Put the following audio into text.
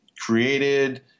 created